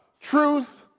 truth